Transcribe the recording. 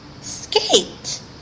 skate